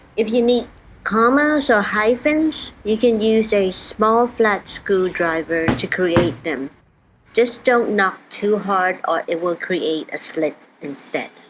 if you need commas or hyphens you can use a small flat screwdriver to create them just don't knock too hard or it will create a slit instead.